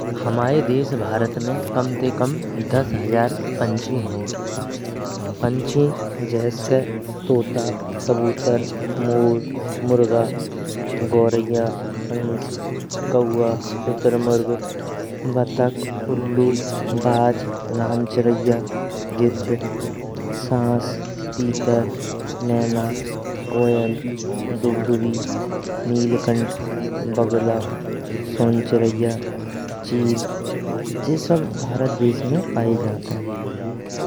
हमायें देश भारत में कम ते कम दश हजार पंछी हुंगे। पंछी जऐस के तोता, कबुतर, मोर, मुर्गा, गोरैया, हंस, कौआ, शुतुरमुर्ग, बतख, उल्लू, बाज, राम चिरैय्या, गिद्ध, सास, तीतर, मेना, कोयल, डुबडुबी, नीलकंठ, बगुला, सोन चिरैय्या, चील जी सब भारत देश में पायें जानतें।